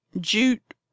jute